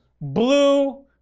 Blue